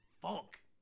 Funk